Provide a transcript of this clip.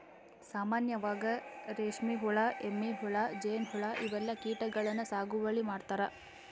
ಸಾಮಾನ್ಯವಾಗ್ ರೇಶ್ಮಿ ಹುಳಾ, ಎಮ್ಮಿ ಹುಳಾ, ಜೇನ್ಹುಳಾ ಇವೆಲ್ಲಾ ಕೀಟಗಳನ್ನ್ ಸಾಗುವಳಿ ಮಾಡ್ತಾರಾ